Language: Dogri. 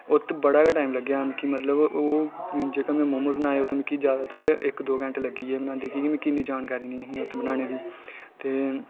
इत्त बनांदे बड़ा गै टाइम लग्गेआ कि मतलब ओह् जेह्के में मोमोज बनाए ते मिगी जैदातर इक दो घैंटा लग्गी गेआ बनांदे कि केह् मिकी इन्नी जानकारी नीं ऐ ही मिगी इत्त बनाने दी ते